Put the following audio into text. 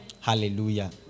Hallelujah